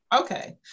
Okay